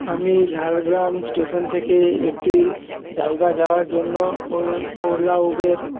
আমি ঝাড়গ্রাম স্টেশন থেকে একটি জায়গা যাওয়ার জন্য ওলা উবের